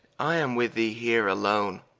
i am with thee heere alone,